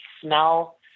smell